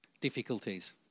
difficulties